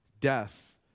death